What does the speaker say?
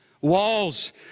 Walls